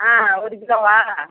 ஆ ஒரு கிலோவா